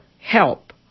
help